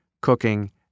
cooking